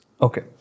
Okay